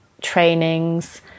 trainings